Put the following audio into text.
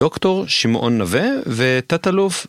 דוקטור שמעון נווה ותת אלוף.